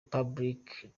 public